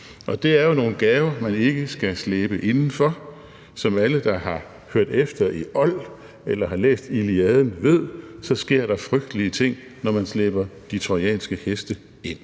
Og det er jo nogle gaver, som man ikke skal slæbe med indenfor, for som alle, der har hørt efter i oldtidskundskab eller har læst »Iliaden«, ved, så sker der frygtelige ting, når man slæber de trojanske heste ind.